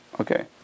okay